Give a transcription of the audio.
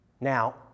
Now